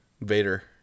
Vader